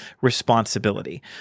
responsibility